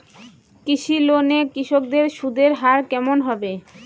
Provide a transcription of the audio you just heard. কৃষি লোন এ কৃষকদের সুদের হার কেমন হবে?